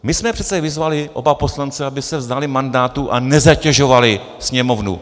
My jsme přece vyzvali oba poslance, aby se vzdali mandátu a nezatěžovali Sněmovnu.